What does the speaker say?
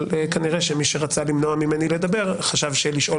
אבל כנראה מי שרצה למנוע ממני לדבר חשב שלשאול